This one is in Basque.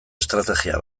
estrategia